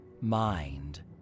mind